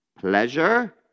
Pleasure